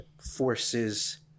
forces